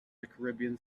caribbean